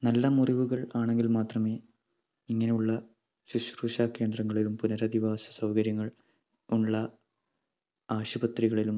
നല്ല മുറിവുകൾ ആണെങ്കിൽ മാത്രമേ ഇങ്ങനെയുള്ള സുശ്രൂഷ കേന്ദ്രങ്ങളിലും പുനരധിവാസ സൗകര്യങ്ങൾ ഉള്ള ആശുപത്രികളിലും